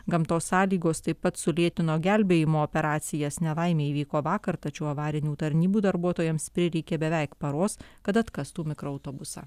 gamtos sąlygos taip pat sulėtino gelbėjimo operacijas nelaimė įvyko vakar tačiau avarinių tarnybų darbuotojams prireikė beveik paros kad atkastų mikroautobusą